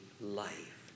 life